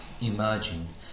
Imagine